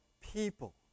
people